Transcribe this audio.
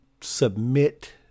submit